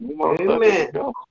Amen